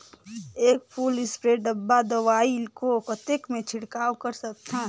एक full spray डब्बा दवाई को कतेक म छिड़काव कर सकथन?